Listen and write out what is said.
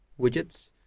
widgets